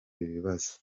ibibazo